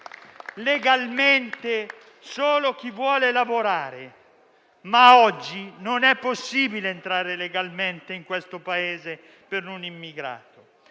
legalmente solo chi vuole lavorare. Ma oggi non è possibile entrare legalmente in questo Paese per un immigrato.